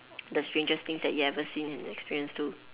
the strangest things that you ever seen and experienced too